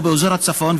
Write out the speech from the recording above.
או של אזור הצפון,